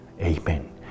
Amen